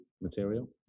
material